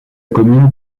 commune